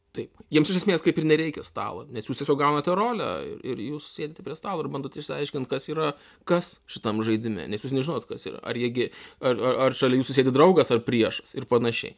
taip jiems iš esmės kaip ir nereikia stalo nes jūs tiesiog gaunate rolę ir jūs sėdite prie stalo ir bandot išsiaiškint kas yra kas šitam žaidime nes jūs nežinot kas yra ar jie gi ar ar ar šalia jūsų sėdi draugas ar priešas ir panašiai